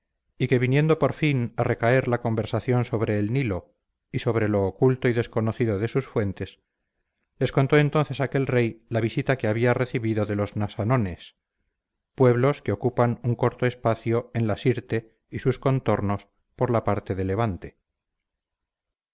y que viniendo por fin a recaer la conversación sobre el nilo y sobre lo oculto y desconocido de sus fuentes les contó entonces aquel rey la visita que había recibido de los nasanones pueblos que ocupan un corto espacio en la sirte y sus contornos por la parte de levante